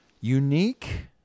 unique